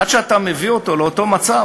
עד שאתה מביא אותו לאותו מצב,